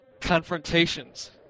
confrontations